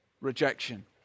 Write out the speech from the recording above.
rejection